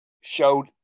showed